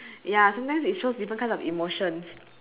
ya sometimes it shows different kind of emotions